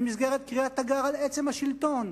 במסגרת קריאת תיגר על עצם השלטון,